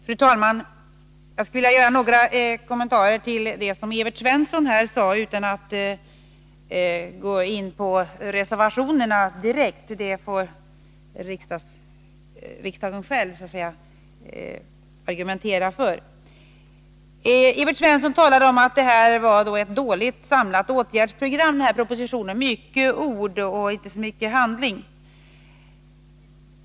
Fru talman! Jag skulle vilja göra några kommentarer till det Evert Svensson sade — utan att gå in på reservationerna direkt. Den argumentationen får riksdagsledamöterna själva sköta. Evert Svensson talade om att propositionen innehåller ett dåligt samlat åtgärdsprogram — med mycket ord och inte så mycket förslag till handling.